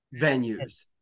venues